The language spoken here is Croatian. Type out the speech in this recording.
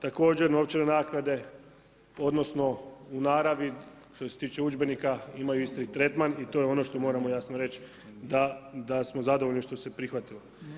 Također novčane naknade odnosno u naravi što se tiče udžbenika imaju isti tretman i to je ono što moramo jasno reći da smo zadovoljni što se prihvatilo.